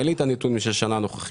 אין לי את הנתונים של השנה הנוכחית.